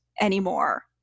anymore